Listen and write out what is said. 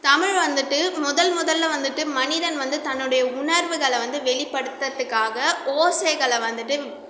தமிழ் வந்துவிட்டு முதல் முதல்ல வந்துவிட்டு மனிதன் வந்து தன்னுடைய உணர்வுகளை வந்து வெளிப்படுத்தறத்துக்காக ஓசைகளை வந்துவிட்டு